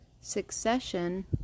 succession